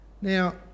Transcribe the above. Now